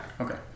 Okay